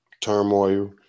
turmoil